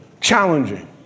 challenging